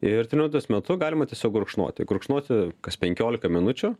ir treniruotės metu galima tiesiog gurkšnoti gurkšnoti kas penkiolika minučių